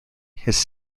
his